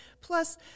plus